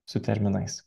su terminais